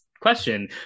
question